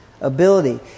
ability